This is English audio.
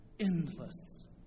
Endless